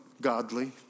godly